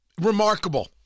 Remarkable